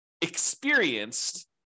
experienced